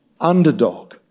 underdog